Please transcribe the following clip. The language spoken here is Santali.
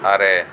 ᱟᱨᱮ